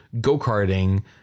go-karting